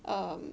um